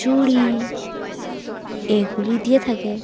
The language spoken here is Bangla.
চুড়ি এগুলি দিয়ে থাকে